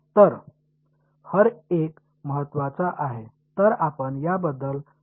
तर हर एक महत्त्वाचा आहे तर आपण याबद्दल सावध असणे आवश्यक आहे